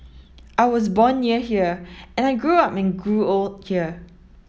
I was born near here and I grew up and grew old here